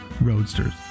Roadsters